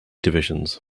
divisions